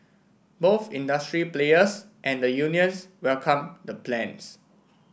both industry players and the unions welcomed the plans